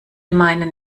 meinen